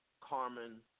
Carmen